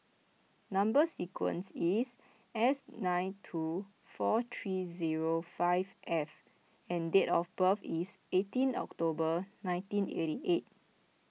Number Sequence is S nine two four three zero five F and date of birth is eighteen October nineteen eighty eight